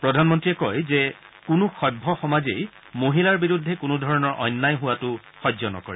প্ৰধানমন্তীয়ে কয় যে কোনো সভ্য সমাজেই মহিলাৰ বিৰুদ্ধে কোনো ধৰণৰ অন্যায় হোৱাটো সহ্য নকৰে